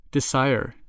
Desire